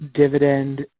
dividend